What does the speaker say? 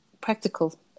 practical